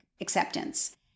acceptance